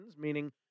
meaning